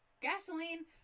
Gasoline